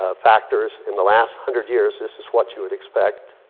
ah factors in the last hundred years, this is what you would expect.